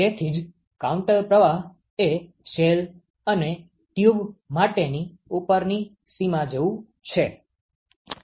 તેથી જ કાઉન્ટર પ્રવાહ એ શેલ અને ટ્યુબ માટેની ઉપરની સીમા જેવું છે